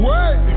Wait